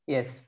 Yes